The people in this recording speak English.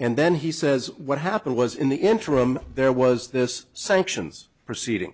and then he says what happened was in the interim there was this sanctions proceeding